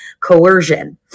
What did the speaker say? coercion